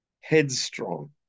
headstrong